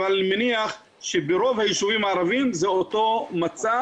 אבל אני מניח שברוב היישובים הערביים זה אותו מצב,